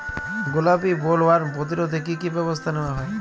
গোলাপী বোলওয়ার্ম প্রতিরোধে কী কী ব্যবস্থা নেওয়া হয়?